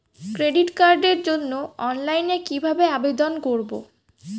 Credit কার্ডের জন্য অনলাইনে কিভাবে আবেদন করব?